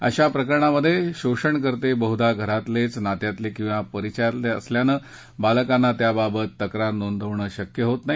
अशा प्रकरणांमधे शोषणकर्ते बहदा घरातलेच नात्यातले किंवा परिचयातले असल्यानं बालकांना त्यांच्याबाबत तक्रार नोंदवणं शक्य होत नाही